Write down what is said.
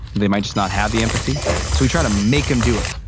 they might just not have the empathy. so we try to make them do it.